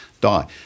die